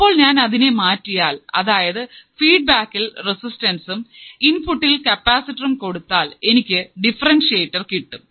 ഇപ്പോൾ ഞാൻ അതിനെ മാറ്റിയാൽ അതായത് ഫീഡ് ബാക്കിൽ റെസിസ്റ്റൻസും ഇൻപുട്ടിൽ കപ്പാസിറ്ററും കൊടുത്താൽ എനിക്ക് ഡിഫറെൻഷ്യറ്റർ കിട്ടും